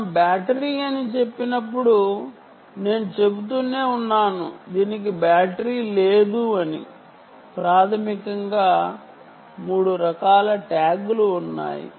మనం బ్యాటరీ అని చెప్పేటప్పుడు నేను చెబుతూనే ఉన్నాను దీనికి బ్యాటరీ లేదు అని ప్రాథమికంగా 3 రకాల ట్యాగ్లు ఉన్నాయి